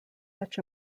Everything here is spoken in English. fetch